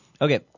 Okay